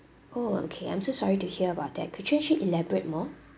oh okay I'm so sorry to hear about that could you actually elaborate more